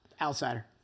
Outsider